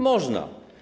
Można.